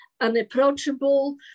unapproachable